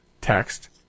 text